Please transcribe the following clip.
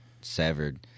severed